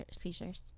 Seizures